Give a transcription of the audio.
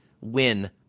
win